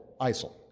ISIL